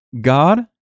God